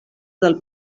del